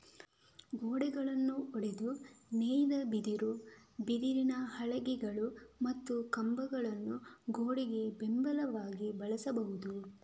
ಗೋಡೆಗಳನ್ನು ಒಡೆದು ನೇಯ್ದ ಬಿದಿರು, ಬಿದಿರಿನ ಹಲಗೆಗಳು ಮತ್ತು ಕಂಬಗಳನ್ನು ಗೋಡೆಗೆ ಬೆಂಬಲವಾಗಿ ಬಳಸಬಹುದು